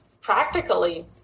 practically